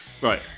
Right